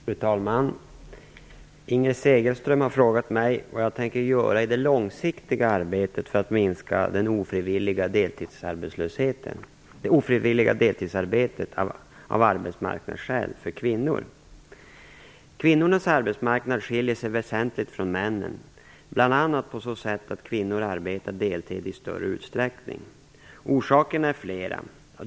Fru talman! Inger Segelström har frågat mig vad jag tänker göra i det långsiktiga arbetet för att minska det ofrivilliga deltidsarbetet av arbetsmarknadsskäl för kvinnor. Kvinnors arbetsmarknad skiljer sig väsentligt från männens, bl.a. på så sätt att kvinnor arbetar deltid i större utsträckning. Orsakerna är flera.